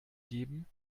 geben